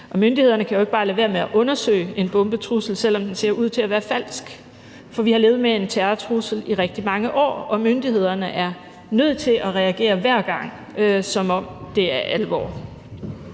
Myndighederne kan jo ikke bare lade være med at undersøge en bombetrussel, selv om den ser ud til at være falsk, for vi har levet med en terrortrussel i rigtig mange år, og myndighederne er hver gang nødt til at reagere, som om det er alvor.